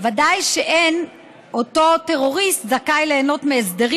ודאי שאין אותו טרוריסט זכאי ליהנות מהסדרים